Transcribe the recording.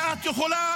את יכולה